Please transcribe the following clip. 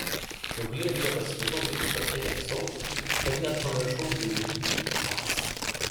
jo glėbyje pasijutau taip šiltai ir saugiai kad net pamiršau bjaurybę raisą